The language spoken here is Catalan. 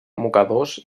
mocadors